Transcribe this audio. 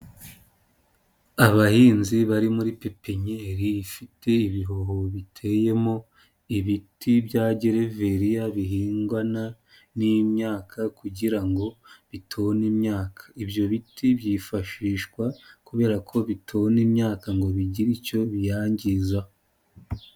Abahinzi bari muri pepinyeri ifite ibihoho biteyemo ibiti bya gereveriya bihingwana n'imyaka kugira ngo bitona imyaka, ibyo biti byifashishwa kubera ko bitona imyaka ngo bigire icyo biyangizaho.